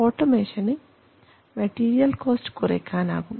ഓട്ടോമേഷന് material cost കുറയ്ക്കാനാവും